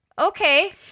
Okay